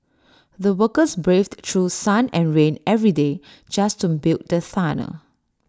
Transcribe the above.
the workers braved through sun and rain every day just to build the tunnel